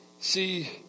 See